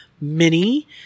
Mini